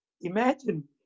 imagine